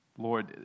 Lord